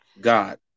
God